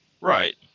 Right